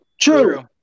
true